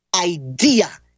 idea